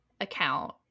account